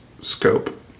scope